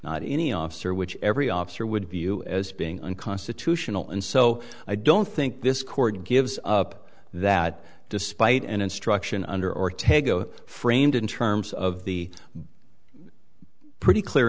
not any officer which every officer would view as being unconstitutional and so i don't think this court in gives up that despite an instruction under or tego framed in terms of the pretty clear